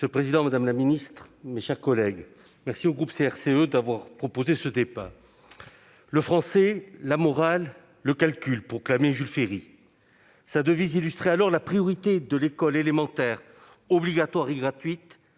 Madame la présidente, madame la secrétaire d'État, mes chers collègues, je remercie le groupe CRCE d'avoir proposé ce débat. « Le français, la morale, le calcul !», proclamait Jules Ferry. Sa devise illustrait alors la priorité de l'école élémentaire obligatoire et gratuite